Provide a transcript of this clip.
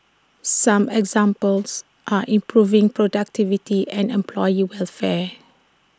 some examples are improving productivity and employee welfare